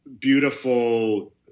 beautiful